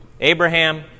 Abraham